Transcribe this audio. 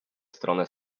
stronę